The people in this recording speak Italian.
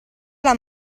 alla